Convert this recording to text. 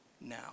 Now